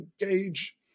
engage